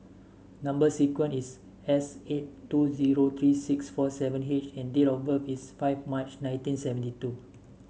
number sequence is S eight two zero three six four seven H and date of birth is five March nineteen seventy two